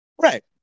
Right